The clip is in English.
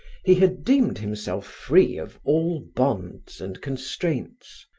he had deemed himself free of all bonds and constraints.